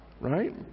Right